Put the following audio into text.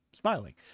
Smiling